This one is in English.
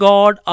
God